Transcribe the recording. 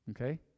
Okay